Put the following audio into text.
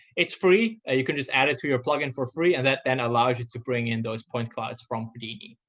it's free. ah you can just add it to your plugin for free. and that then allows you to bring in those point clouds from houdini.